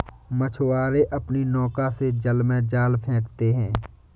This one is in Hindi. मछुआरे अपनी नौका से जल में जाल फेंकते हैं